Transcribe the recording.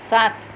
सात